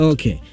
Okay